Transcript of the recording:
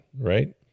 right